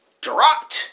Dropped